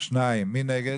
2. מי נגד?